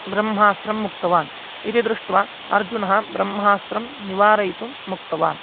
ब्रह्मास्त्रं मुक्तवान् इति दृष्ट्वा अर्जुनः ब्रह्मास्त्रं निवारयितुं मुक्तवान्